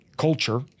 culture